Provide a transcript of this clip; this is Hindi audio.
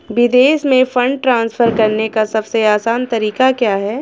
विदेश में फंड ट्रांसफर करने का सबसे आसान तरीका क्या है?